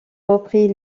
reprit